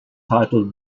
title